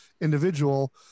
individual